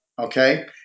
okay